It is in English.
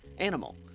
animal